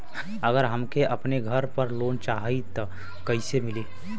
अगर हमके अपने घर पर लोंन चाहीत कईसे मिली?